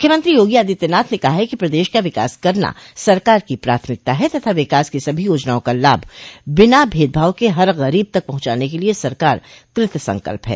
मुख्यमंत्री योगी आदित्यनाथ ने कहा है कि प्रदेश का विकास करना सरकार की प्राथमिकता है तथा विकास की सभी योजनाओं का लाभ बिना भेदभाव के हर गरीब तक पहुचाने के लिए सरकार कृतसंकल्प है